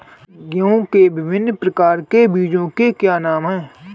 गेहूँ के विभिन्न प्रकार के बीजों के क्या नाम हैं?